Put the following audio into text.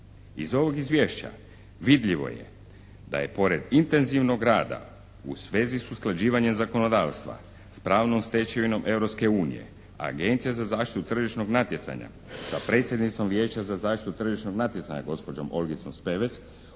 Iz ovog izvješća vidljivo je da je pored intenzivnog rada u svezi s usklađivanjem zakonodavstva s pravnom stečevinom Europske unije Agencija za zaštitu tržišnog natjecanja sa predsjednicom Vijeća za zaštitu tržišnog natjecanja gospođom Olgicom Spevec